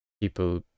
people